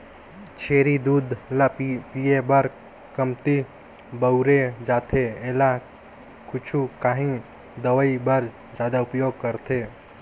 छेरी दूद ल पिए बर कमती बउरे जाथे एला कुछु काही दवई बर जादा उपयोग करथे